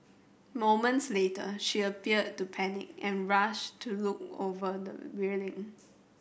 moments later she appeared to panic and rushed to look over the railing